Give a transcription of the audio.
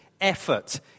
Effort